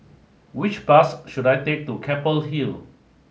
which bus should I take to Keppel Hill